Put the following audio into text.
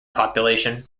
population